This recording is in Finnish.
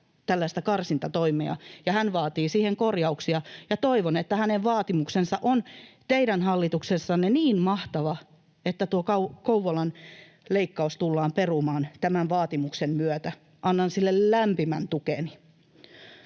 tällaista karsintatoimea, ja hän vaatii siihen korjauksia. Toivon, että hänen vaatimuksensa on teidän hallituksessanne niin mahtava, että tuo Kouvolan leikkaus tullaan perumaan tämän vaatimuksen myötä. Annan sille lämpimän tukeni.